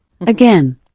Again